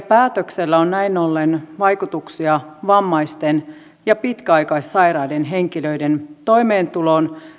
päätöksellä on näin ollen vaikutuksia vammaisten ja pitkäaikaissairaiden henkilöiden toimeentuloon